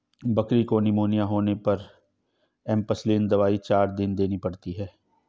बकरी को निमोनिया होने पर एंपसलीन दवाई चार दिन देनी पड़ती है